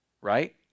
right